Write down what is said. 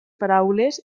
paraules